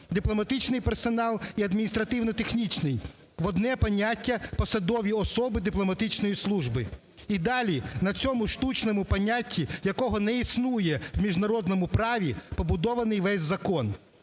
дипломатичний персонал і адміністративно-технічний – в одне поняття "посадові особи дипломатичної служби", і далі на цьому штучному понятті, якого не існує в міжнародному праві, побудований весь закон.